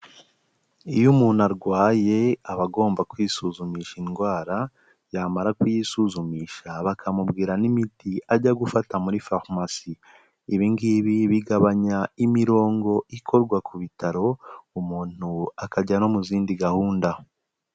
Iyo umuntu arwaye aba agomba kwisuzumisha indwara, yamara kuyisuzumisha bakamubwira n'imiti ajya gufata muri farumasi, ibi ngibi bigabanya imirongo ikorwa ku bitaro umuntu akajya no mu zindi gahunda.